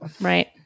Right